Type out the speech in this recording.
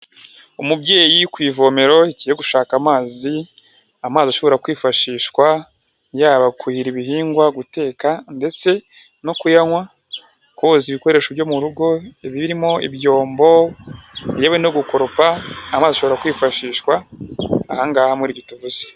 Umubyeyi uri ku ivomero yagiye gushaka amazi ,amazi ashobora kwifashishwa yabakwihira ibihingwa ,guteka ndetse no kuyanywa ,koza ibikoresho byo mu rugo birimo ibyombo yewe no gukoropa ,amazi ashobora kwifashishwa ahangaha muri ibi tuvuze.